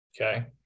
Okay